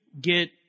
get